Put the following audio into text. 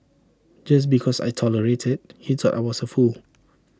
just because I tolerated he thought I was A fool